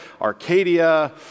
Arcadia